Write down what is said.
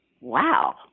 wow